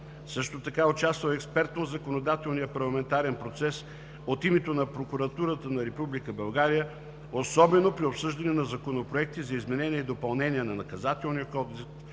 Също така е участвал експертно в законодателния парламентарен процес от името на Прокуратурата на Република България особено при обсъждане на законопроекти за изменение и допълнение на Наказателния кодекс,